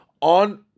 On